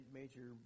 major